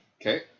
Okay